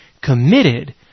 Committed